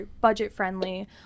budget-friendly